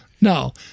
No